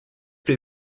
при